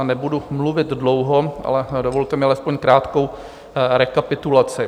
Nebudu mluvit dlouho, ale dovolte mi alespoň krátkou rekapitulaci.